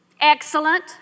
Excellent